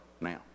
now